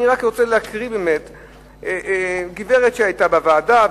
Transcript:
אני רוצה לקרוא דברים של גברת שהיתה בוועדה,